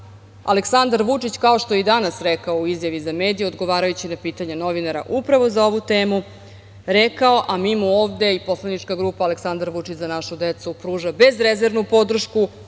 Aleksandar Vučić, kao što je i danas rekao u izjavi za medije odgovarajući na pitanja novinara, upravo za ovu temu, rekao, a mimo ovde i poslanička grupa Aleksandar Vučić – Za našu decu, pruža bezrezervnu podršku